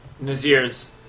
Nazir's